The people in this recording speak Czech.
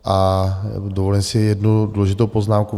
A dovolím si jednu důležitou poznámku.